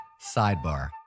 Sidebar